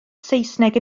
saesneg